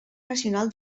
nacional